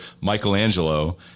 Michelangelo